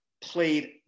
played